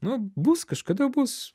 nu bus kažkada bus